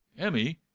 emmy,